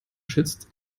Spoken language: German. schützt